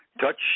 Touch